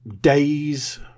days